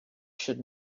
should